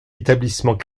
établissement